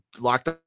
locked